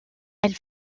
elle